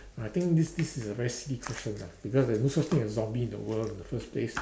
I think this this is a very silly question ah because there's no such thing as zombie in the world in the first place